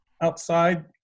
outside